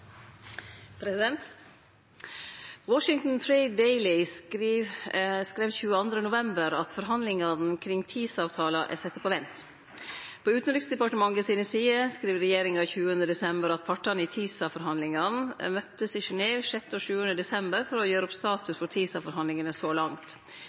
november at forhandlingane kring TISA-avtala er sette på vent. På Utanriksdepartementet sine sider skriv regjeringa 20. desember at partane i TISA-forhandlingane «[...] møttes i Genève 6. og 7. desember for å gjøre opp